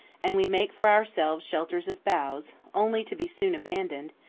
and we make for ourselves shelters of boughs, only to be soon abandoned,